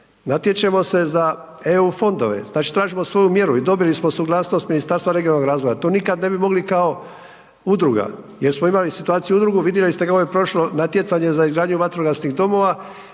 natječemo se za eu fondove, znači tražimo svoju mjeru i dobili smo suglasnost Ministarstva regionalnog razvoja, to nikada ne bi mogli kao udruga jer smo imali situaciju udrugu. Vidjeli smo ovo prošlo natjecanje za izgradnju vatrogasnih domova